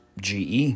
GE